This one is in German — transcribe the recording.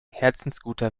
herzensguter